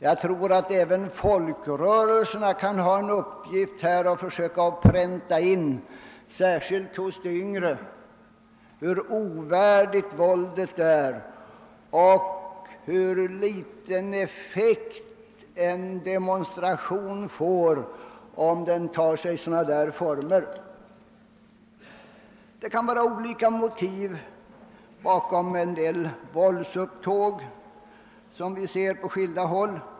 Jag tror att även folkrörelserna har en uppgift att försöka pränta in särskilt hos de yngre hur ovärdigt våldet är och hur liten effekt en demonstration får om den tar sig våldsamma uttryck. Det kan ligga olika motiv bakom en del våldsupptåg som vi ser på skilda håll.